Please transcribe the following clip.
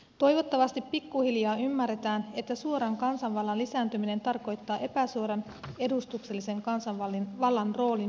toivottavasti pikkuhiljaa ymmärretään että suoran kansanvallan lisääntyminen tarkoittaa epäsuoran edustuksellisen kansanvallan roolin pienentymistä